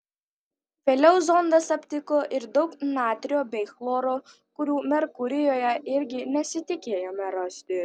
vėliau zondas aptiko ir daug natrio bei chloro kurių merkurijuje irgi nesitikėjome rasti